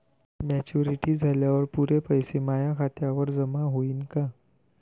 Maturity झाल्यावर पुरे पैसे माया खात्यावर जमा होईन का?